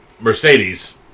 Mercedes